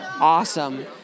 Awesome